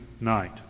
night